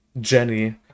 Jenny